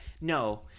No